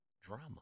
drama